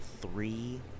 three